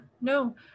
no